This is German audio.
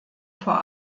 vor